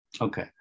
okay